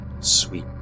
sweet